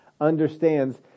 understands